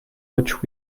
which